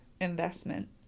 investment